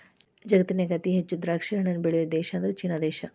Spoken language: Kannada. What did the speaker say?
ಜಗತ್ತಿನ್ಯಾಗ ಅತಿ ಹೆಚ್ಚ್ ದ್ರಾಕ್ಷಿಹಣ್ಣನ್ನ ಬೆಳಿಯೋ ದೇಶ ಅಂದ್ರ ಚೇನಾ ದೇಶ